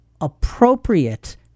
appropriate